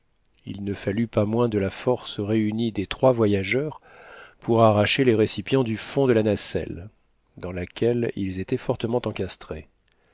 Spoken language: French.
il ne fallut pas moins de la force réunie des trois voyageurs pour arracher les récipients du fond de la nacelle dans laquelle ils étaient fortement encastrés